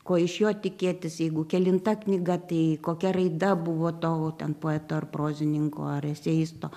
ko iš jo tikėtis jeigu kelinta knyga tai kokia raida buvo to ten poeto ar prozininko ar eseisto